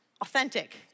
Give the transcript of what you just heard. authentic